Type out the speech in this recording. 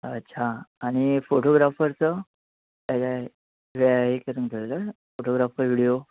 अच्छा आणि फोटोग्राफरचं काही आहे वेळ आहे का तुमच्याजवळ फोटोग्राफर विडियो